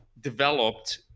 developed